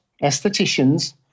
aestheticians